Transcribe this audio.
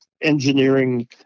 engineering